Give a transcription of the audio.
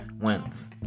wins